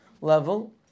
level